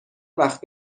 وقت